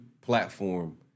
platform